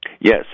Yes